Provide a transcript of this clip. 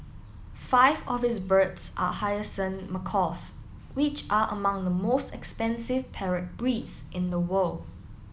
five of his birds are hyacinth macaws which are among the most expensive parrot breeds in the world